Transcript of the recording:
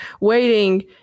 waiting